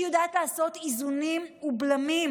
שיודעת לעשות איזונים ובלמים